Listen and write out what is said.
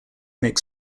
make